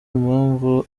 impamvu